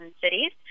cities